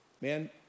man